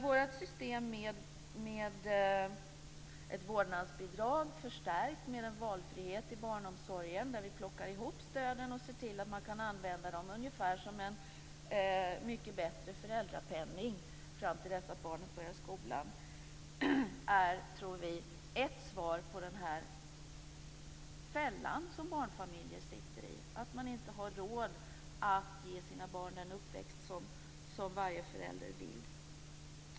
Vårt system med ett vårdnadsbidrag förstärkt med en valfrihet i barnomsorgen, där vi plockar ihop stöden och ser till att man kan använda dem ungefär som en mycket bättre föräldrapenning tills barnet börjar skolan, tror vi är ett svar på den fälla som barnfamiljer sitter i, nämligen att man inte har råd att ge sina barn den uppväxt som varje förälder vill.